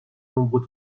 nombreux